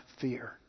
fear